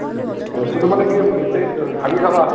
বস্তুটো মানে কি বিশেষ ভাবি চাবা